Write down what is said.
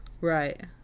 right